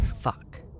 fuck